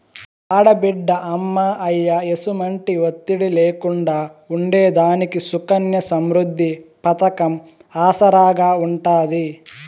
ఆడబిడ్డ అమ్మా, అయ్య ఎసుమంటి ఒత్తిడి లేకుండా ఉండేదానికి సుకన్య సమృద్ది పతకం ఆసరాగా ఉంటాది